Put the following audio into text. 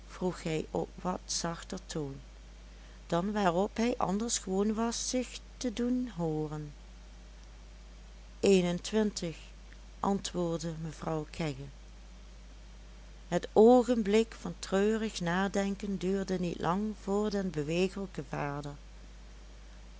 vroeg hij op wat zachter toon dan waarop hij anders gewoon was zich te doen hooren eenëntwintig antwoordde mevrouw kegge het oogenblik van treurig nadenken duurde niet lang voor den bewegelijken vader